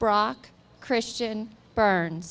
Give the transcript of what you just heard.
brock christian burn